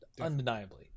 Undeniably